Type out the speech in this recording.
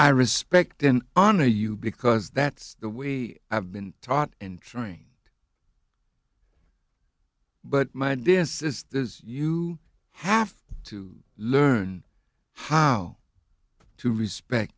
i respect and honor you because that's the way i've been taught and trained but my dance is you have to learn how to respect